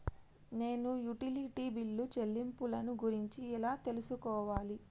నేను utility bill చెల్లింపులను గురించి ఎలా తెలుసుకోవాలి?